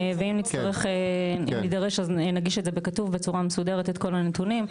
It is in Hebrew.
ואם נידרש אז נגיש את זה בכתוב בצורה מסודרת את כל הנתונים.